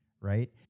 right